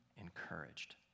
encouraged